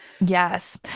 Yes